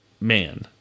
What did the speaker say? Man